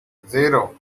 zero